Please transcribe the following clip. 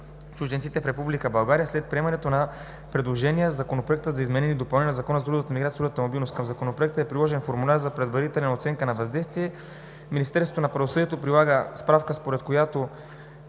чужденците в Република България след приемането на предложения Законопроект за изменение и допълнение на Закона за трудовата миграция и трудовата мобилност. Към Законопроекта е приложен формуляр за предварителна оценка на въздействието. Министерството на правосъдието прилага справка, според която